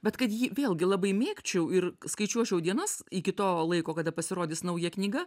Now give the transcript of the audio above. bet kad jį vėlgi labai mėgčiau ir skaičiuočiau dienas iki to laiko kada pasirodys nauja knyga